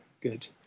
good